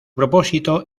propósito